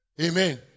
amen